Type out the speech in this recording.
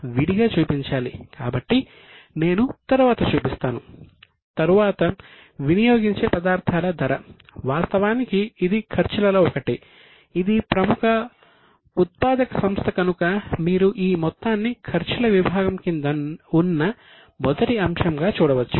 వాస్తవానికి ఇది ఖర్చులలో ఒకటి ఇది ఒక ప్రముఖ ఉత్పాదక సంస్థ కనుక మీరు ఈ మొత్తాన్ని ఖర్చుల విభాగం కింద ఉన్న మొదటి అంశంగా చూడవచ్చు